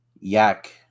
yak